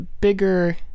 bigger